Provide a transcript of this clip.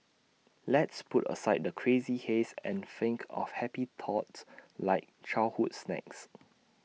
let's put aside the crazy haze and think of happy thoughts like childhood snacks